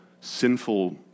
sinful